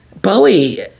Bowie